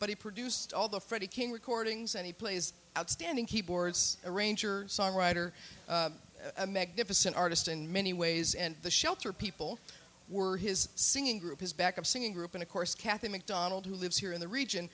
but he produced all the freddie king recordings and he plays outstanding keyboards arranger songwriter a magnificent artist in many ways and the shelter people were his singing group his backup singing group and of course kathy mcdonald who lives here in the region